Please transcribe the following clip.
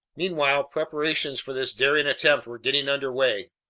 meanwhile preparations for this daring attempt were getting under way.